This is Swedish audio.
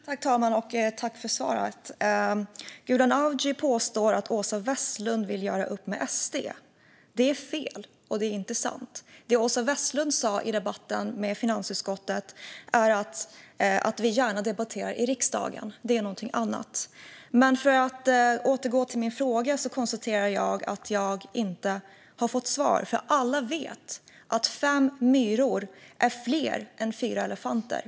Fru talman! Tack, Gulan Avci, för svaret! Gulan Avci påstår att Åsa Westlund vill göra upp med SD. Det är fel. Det Åsa Westlund sa i finansutskottets debatt är att vi gärna debatterar i riksdagen. Det är någonting annat. För att återgå till min fråga konstaterar jag att jag inte har fått svar. Alla vet att fem myror är fler än fyra elefanter.